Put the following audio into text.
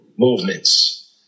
Movements